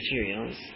materials